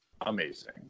amazing